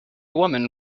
woman